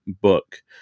book